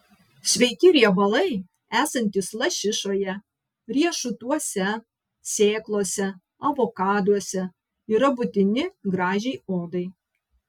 sveiki riebalai esantys lašišoje riešutuose sėklose avokaduose yra būtini gražiai odai